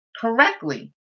correctly